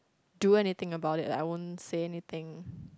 do anything about it I won't say anything